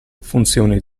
funzioni